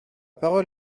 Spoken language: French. parole